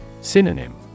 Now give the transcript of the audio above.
Synonym